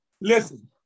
Listen